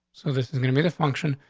so this is gonna be the function.